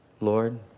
Lord